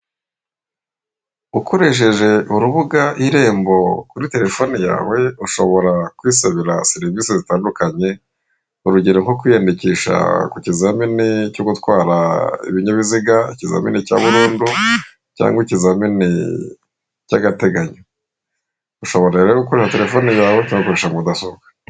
Ukoresheje urubuga irembo kuri telefone yawe ushobora kwisabira serivisi zitandukanye urugero nko kwiyandikisha ku kizamini cyo gutwara ibinyabiziga, ikizamini cya burundu cyangwa ikizamini cy'agateganyo. Ushobora rero gukora telefone yahawe cyangwa ugakoresha mudasobwa.